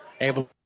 able